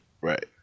Right